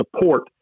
support